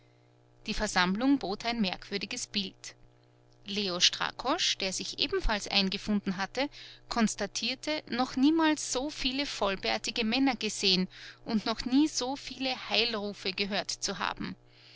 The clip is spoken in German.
die versammlung bot ein merkwürdiges bild leo strakosch der sich ebenfalls eingefunden hatte konstatierte noch niemals so viele vollbärtige männer gesehen und noch nie so viele heilrufe gehört zu haben